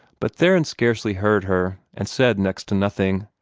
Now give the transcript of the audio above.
but theron scarcely heard her, and said next to nothing.